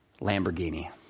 Lamborghini